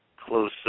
close